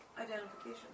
identification